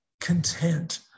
content